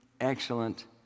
Excellent